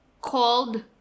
called